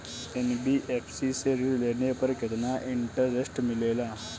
NBFC से ऋण लेने पर केतना इंटरेस्ट मिलेला?